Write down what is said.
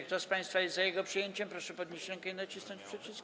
Kto z państwa jest za jego przyjęciem, proszę podnieść rękę i nacisnąć przycisk.